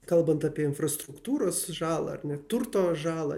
kalbant apie infrastruktūros žalą ar ne turto žalą